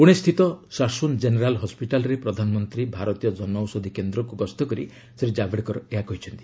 ପୁଣେ ସ୍ଥିତ ସାସୁନ ଜେନେରାଲ୍ ହସ୍କିଟାଲରେ ପ୍ରଧାନମନ୍ତ୍ରୀ ଭାରତୀୟ ଜନଔଷଧୀକେନ୍ଦ୍ରକୁ ଗସ୍ତ କରି ଶ୍ରୀ ଜାବଡେକର ଏହା କହିଛନ୍ତି